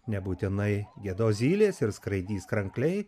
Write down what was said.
nebūtinai giedos zylės ir skraidys krankliai